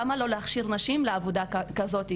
למה לא להכשיר נשים לעבודה כזאת?